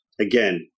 Again